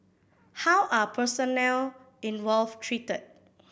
how are personnel involved treated